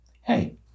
hey